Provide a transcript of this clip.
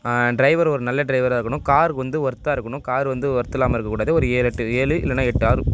driver ஒரு நல்ல டிரைவராக இருக்கணும் கார் வந்து ஒர்த்தாக இருக்கணும் கார் வந்து ஒர்த் இல்லாமல் இருக்க கூடாது ஒரு ஏழு எட்டு ஏழு இல்லைனா எட்டு ஆள்